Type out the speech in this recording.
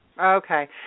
Okay